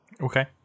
okay